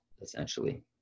essentially